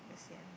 kesian